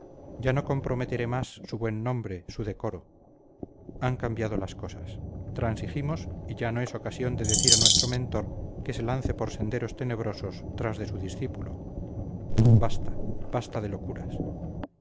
ya no comprometeré más su buen nombre su decoro han cambiado las cosas transigimos y ya no es ocasión de decir a nuestro mentor que se lance por senderos tenebrosos tras de su discípulo basta basta de locuras